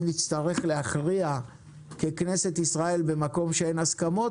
אם נצטרך להכריע ככנסת ישראל במקום שאין הסכמות,